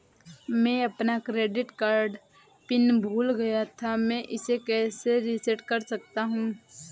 मैं अपना credit card pin भूल गया था मैं इसे कैसे रीसेट कर सकता हूँ?